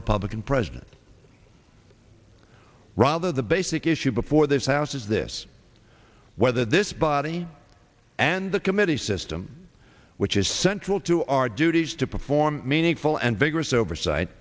republican president rather the basic issue before this house is this whether this body and the committee system which is central to our duties to perform meaningful and vigorous oversight